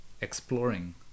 exploring